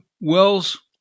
Wells